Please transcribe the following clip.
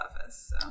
office